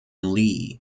lee